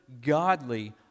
godly